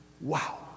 wow